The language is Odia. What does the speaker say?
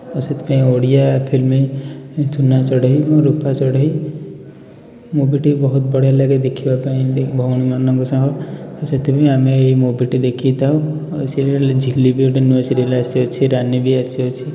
ତ ସେଥିପାଇଁ ଓଡ଼ିଆ ଫିଲ୍ମି ସୁନା ଚଢ଼େଇ ମୋ ରୂପା ଚଢ଼େଇ ମୁଭିଟି ବହୁତ ବଢ଼ିଆ ଲାଗେ ଦେଖିବା ପାଇଁ ଭଉଣୀମାନଙ୍କ ସହ ତ ସେଥିପାଇଁ ଆମେ ଏଇ ମୁଭିଟି ଦେଖିଥାଉ ସିରିଏଲ୍ରେ ଝିଲି ବି ଗୋଟେ ନୂଆ ସିରିଏଲ୍ ଆସିଅଛି ରାନୀ ବି ଆସିଅଛି